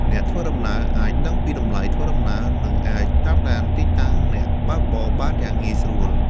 អ្នកដំណើរអាចដឹងពីតម្លៃធ្វើដំណើរនិងអាចតាមដានទីតាំងអ្នកបើកបរបានយ៉ាងងាយស្រួល។